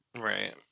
Right